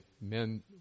men